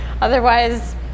otherwise